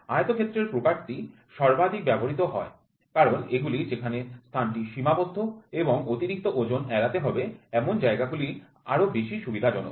আয়তক্ষেত্রাকার গুলি সর্বাধিক ব্যবহৃত হয় কারণ যেখানে স্থানটি সীমাবদ্ধ এবং অতিরিক্ত ওজন এড়াতে হবে এমন জায়গাগুলি তে এগুলি আরও বেশি সুবিধাজনক